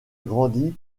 grandi